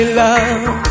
love